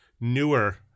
newer